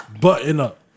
button-up